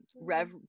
rev